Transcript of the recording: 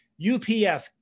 UPF